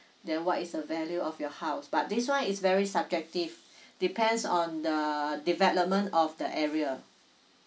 then what is the value of your house but this one is very subjective depends on the development of the area